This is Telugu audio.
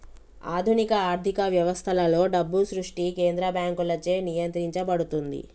ఆధునిక ఆర్థిక వ్యవస్థలలో, డబ్బు సృష్టి కేంద్ర బ్యాంకులచే నియంత్రించబడుతుంది